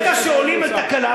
כשעולים על תקלה,